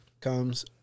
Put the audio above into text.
comes